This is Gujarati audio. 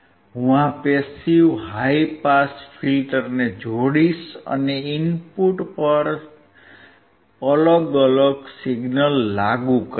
હું આ પેસીવ હાઇ પાસ ફિલ્ટરને જોડીશ અને ઇનપુટ પર અલગ અલગ સિગ્નલ લાગુ કરીશ